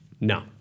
No